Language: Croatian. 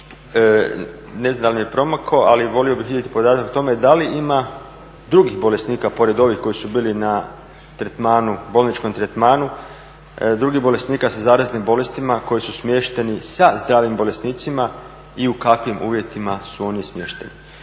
ne znam da li mi je promakao, ali volio bih vidjeti podatak o tome da li ima drugih bolesnika pored ovih koji su bili na bolničkom tretmanu, drugih bolesnika sa zaraznim bolestima koji su smješteni sa zdravim bolesnicima i u kakvim uvjetima su oni smješteni.